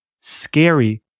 scary